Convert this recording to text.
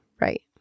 right